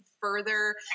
further